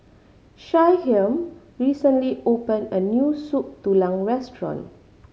Shyheim recently opened a new Soup Tulang restaurant